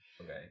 Okay